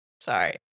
Sorry